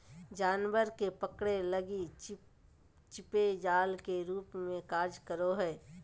जानवर के पकड़े लगी चिपचिपे जाल के रूप में कार्य करो हइ